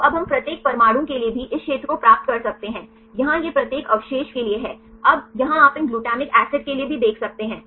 तो अब हम प्रत्येक परमाणु के लिए भी इस क्षेत्र को प्राप्त कर सकते हैं यहाँ यह प्रत्येक अवशेष के लिए है अब यहाँ आप इन ग्लूटामिक एसिड के लिए भी देख सकते हैं